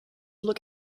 look